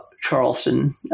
Charleston